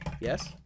yes